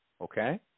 Okay